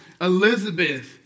Elizabeth